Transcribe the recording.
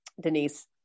Denise